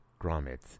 grommets